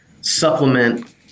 supplement